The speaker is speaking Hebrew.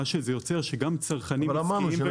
מה שיוצר שגם צרכנים -- אבל אמרנו שכשנגיע לסעיף,